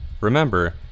Remember